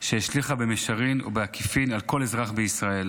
שהשליכה במישרין או בעקיפין על כל אזרח בישראל.